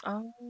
oh